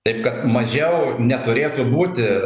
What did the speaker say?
taip kad mažiau neturėtų būti